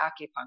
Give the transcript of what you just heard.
acupuncture